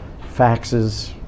faxes